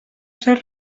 ser